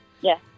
Yes